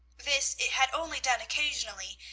this it had only done occasionally,